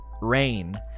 Rain